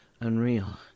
unreal